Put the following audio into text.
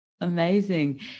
Amazing